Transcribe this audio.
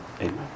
Amen